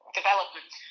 development